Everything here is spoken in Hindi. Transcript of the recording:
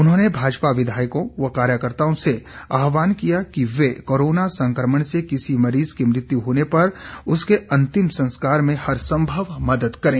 उन्होंने भाजपा विधायकों व कार्यकर्ताओं से आहवान किया है कि वे कोरोना संक्रमण से किसी मरीज की मृत्यू होने पर उसके अंतिम संस्कार में हर संभव मददे करें